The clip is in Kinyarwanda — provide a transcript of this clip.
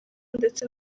ndetse